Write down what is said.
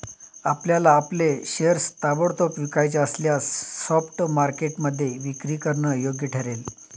आपल्याला आपले शेअर्स ताबडतोब विकायचे असल्यास स्पॉट मार्केटमध्ये विक्री करणं योग्य ठरेल